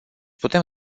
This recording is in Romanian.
putem